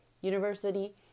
university